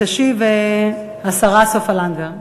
תשיב השרה סופה לנדבר.